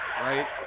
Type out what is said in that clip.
right